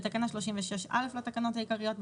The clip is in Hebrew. תיקון תקנה 36 בתקנה 36(א) לתקנות העיקריות,